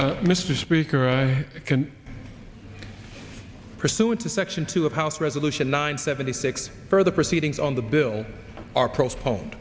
can mr speaker i can pursuant to section two of house resolution nine seventy six further proceedings on the bill are pro phone